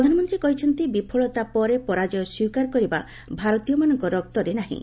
ପ୍ରଧାନମନ୍ତ୍ରୀ କହିଛନ୍ତି ବିଫଳତା ପରେ ପରାଜୟ ସ୍ୱୀକାର କରିବା ଭାରତୀୟମାନଙ୍କ ରକ୍ତରେ ନାହିଁ